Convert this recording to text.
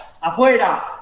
afuera